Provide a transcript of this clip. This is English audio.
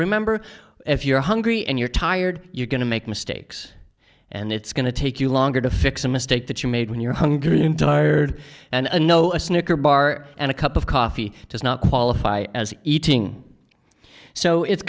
remember if you're hungry and you're tired you're going to make mistakes and it's going to take you longer to fix a mistake that you made when you're hungry and tired and know a snickers bar and a cup of coffee does not qualify as eating so it's